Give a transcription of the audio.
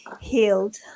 healed